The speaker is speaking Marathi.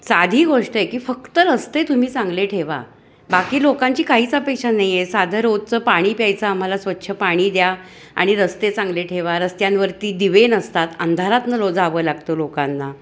साधी गोष्ट आहे की फक्त रस्ते तुम्ही चांगले ठेवा बाकी लोकांची काहीच अपेक्षा नाही आहे साधं रोजचं पाणी प्यायचं आम्हाला स्वच्छ पाणी द्या आणि रस्ते चांगले ठेवा रस्त्यांवरती दिवे नसतात अंधारातून रोज जावं लागतं लोकांना